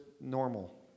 normal